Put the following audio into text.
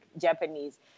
Japanese